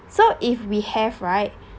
so if we have right